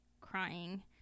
crying